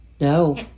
no